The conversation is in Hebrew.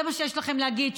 זה מה שיש לכם להגיד,